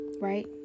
right